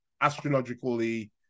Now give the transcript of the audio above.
astrologically